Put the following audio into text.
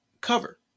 cover